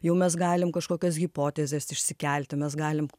jau mes galim kažkokias hipotezes išsikelti mes galim